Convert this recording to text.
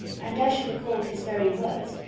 and as she recalled his very words,